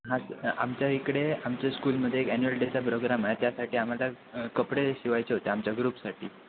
हा आमच्या इकडे आमच्या स्कूलमध्ये एक ॲन्युअल डेचा प्रोग्राम आहे त्यासाठी आम्हाला कपडे शिवायचे होते आमच्या ग्रुपसाठी